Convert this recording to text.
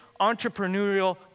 entrepreneurial